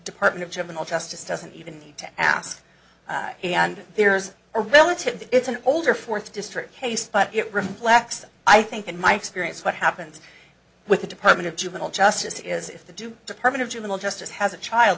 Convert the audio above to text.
department of juvenile justice doesn't even need to ask and there's a relative it's an older fourth district case but it reflects that i think in my experience what happens with the department of juvenile justice is if the do department of juvenile justice has a child